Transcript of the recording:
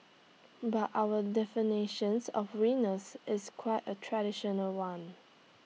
but our definitions of winners is quite A traditional one